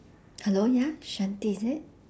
hello ya shanti is it